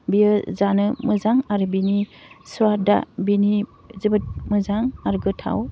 बियो जानो मोजां आरो बिनि स्वादआ बिनि जोबोद मोजां आरो गोथाव